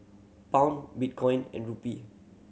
Pound Bitcoin and Rupee